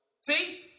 See